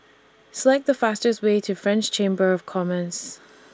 Select The fastest Way to French Chamber of Commerce